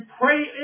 pray